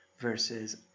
versus